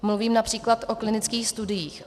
Mluvím například o klinických studiích.